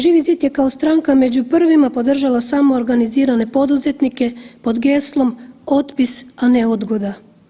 Živi zid je kao stranka među prvima podržala samoorganizirane poduzetnike pod geslom "Otpis, a ne odgoda"